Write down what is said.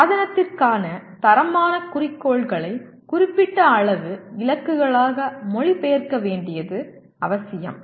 சாதனத்திற்கான தரமான குறிக்கோள்களை குறிப்பிட்ட அளவு இலக்குகளாக மொழிபெயர்க்க வேண்டியது அவசியம்